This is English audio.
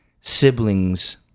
siblings